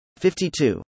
52